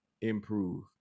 improve